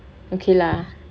okay lah